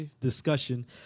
discussion